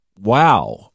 wow